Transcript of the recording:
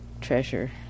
treasure